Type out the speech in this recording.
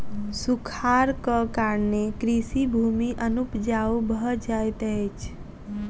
सूखाड़क कारणेँ कृषि भूमि अनुपजाऊ भ जाइत अछि